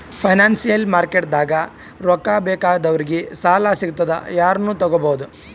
financial ಮಾರ್ಕೆಟ್ದಾಗ್ ರೊಕ್ಕಾ ಬೇಕಾದವ್ರಿಗ್ ಸಾಲ ಸಿಗ್ತದ್ ಯಾರನು ತಗೋಬಹುದ್